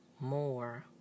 more